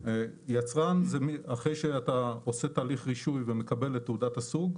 יצרן זה אחרי שאתה עושה תהליך רישוי ומקבל את תעודת הסוג,